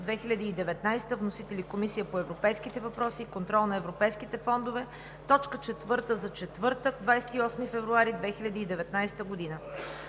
2019 г. Вносител е Комисията по европейските въпроси и контрол на европейските фондове – точка четвърта за четвъртък, 28 февруари 2019 г.